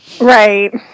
Right